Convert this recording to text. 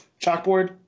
chalkboard